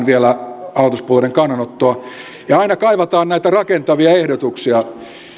vielä hallituspuolueiden kannanottoa ja aina kaivataan näitä rakentavia ehdotuksia